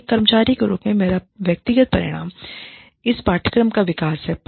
एक कर्मचारी के रूप में मेरा व्यक्तिगत परिणाम इस पाठ्यक्रम का विकास है